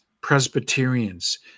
Presbyterians